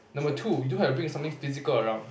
number two you don't have to bring something physical around